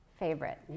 favorite